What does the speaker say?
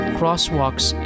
crosswalks